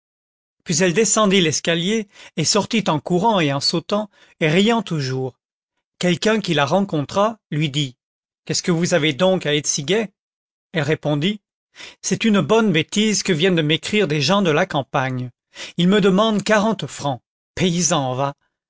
puis elle descendit l'escalier et sortit en courant et en sautant riant toujours quelqu'un qui la rencontra lui dit qu'est-ce que vous avez donc à être si gaie elle répondit c'est une bonne bêtise que viennent de m'écrire des gens de la campagne ils me demandent quarante francs paysans va